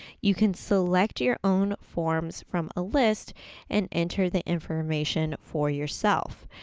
you can select your own forms from a list and enter the information for yourself.